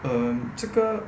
um 这个